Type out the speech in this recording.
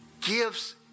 gives